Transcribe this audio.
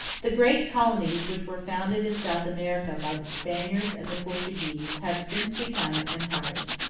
the great colonies which were founded in south america by the spaniards and the portuguese have since become empires.